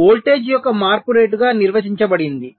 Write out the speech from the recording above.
voltage యొక్క మార్పు రేటుగా నిర్వచించబడింది